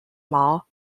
mao